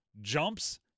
jumps